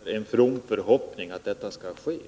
Fru talman! Är det inte, Lars Ulander, en from förhoppning att det som Lars Ulander tog upp skall ske?